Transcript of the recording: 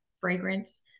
fragrance